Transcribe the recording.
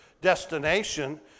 destination